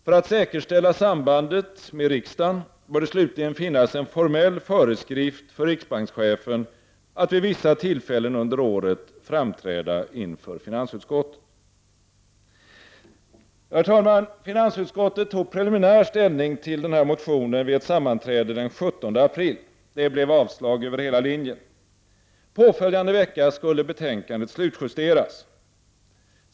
För att säkerställa sambandet med riksdagen bör det slutligen finnas en formell föreskrift för riksbankschefen att vid vissa tillfällen under året framträda inför finansutskottet. Herr talman! Finansutskottet tog preliminär ställning till motionen vid ett sammanträde den 17 april. Det blev avslag över hela linjen. Påföljande vecka skulle betänkandet slutjusteras.